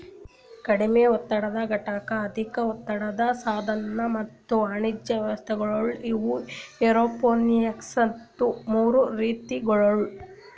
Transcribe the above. ಕಡಿಮೆ ಒತ್ತಡದ ಘಟಕ, ಅಧಿಕ ಒತ್ತಡದ ಸಾಧನ ಮತ್ತ ವಾಣಿಜ್ಯ ವ್ಯವಸ್ಥೆಗೊಳ್ ಇವು ಏರೋಪೋನಿಕ್ಸದು ಮೂರು ರೀತಿಗೊಳ್